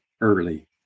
early